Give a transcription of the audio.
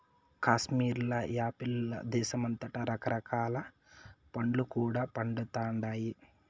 కాశ్మీర్ల యాపిల్ దేశమంతటా రకరకాల పండ్లు కూడా పండతండాయి